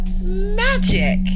Magic